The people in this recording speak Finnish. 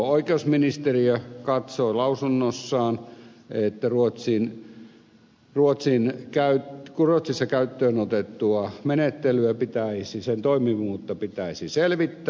oikeusministeriö katsoi lausunnossaan että ruotsissa käyttöön otetun menettelyn toimivuutta pitäisi selvittää